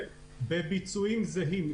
בביצועים זהים.